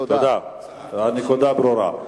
הנקודה ברורה.